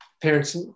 Parents